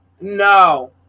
No